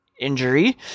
injury